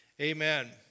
amen